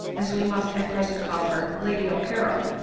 as we must at present call her, lady ccarrol,